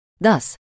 Thus